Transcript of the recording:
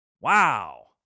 Wow